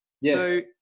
Yes